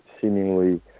seemingly